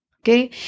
Okay